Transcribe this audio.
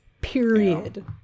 Period